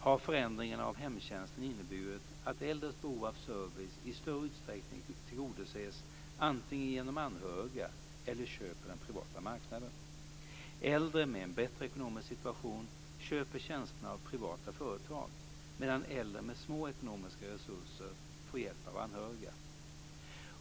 har förändringarna av hemtjänsten inneburit att äldres behov av service i större utsträckning tillgodoses antingen genom anhöriga eller köp på den privata marknaden. Äldre med en bättre ekonomisk situation köper tjänsterna av privata företag, medan äldre med små ekonomiska resurser får hjälp av anhöriga.